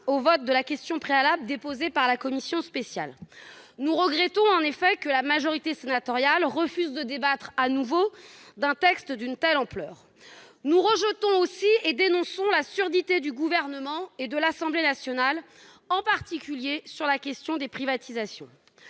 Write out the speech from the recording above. à opposer la question préalable, déposée au nom de la commission spéciale. Nous regrettons en effet que la majorité sénatoriale refuse de débattre de nouveau d'un texte d'une telle ampleur. Nous rejetons aussi et dénonçons la surdité du Gouvernement et de l'Assemblée nationale, en particulier sur la question des privatisations.